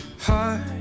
heart